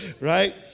Right